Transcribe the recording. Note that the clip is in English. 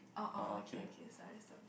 oh oh okay okay sorry sorry